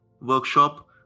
workshop